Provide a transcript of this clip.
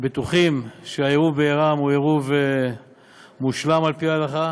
בטוחים שהעירוב בעירם הוא עירוב מושלם על פי ההלכה.